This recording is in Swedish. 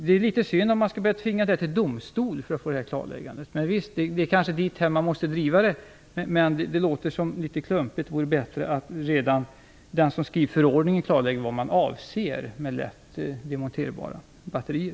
Det är litet synd om man för att få detta klarläggande skall behöva gå till domstol, men det är kanske dithän som man måste driva saken. Det verkar dock vara ett litet klumpigt förfarande. Det vore bättre om redan den som skriver förordningen klarlade vad som avses med lätt demonterbara batterier.